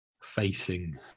facing